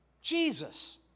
Jesus